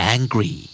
Angry